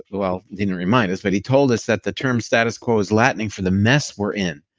well, he didn't remind us, but he told us that the term status quo is latin for the mess we're in.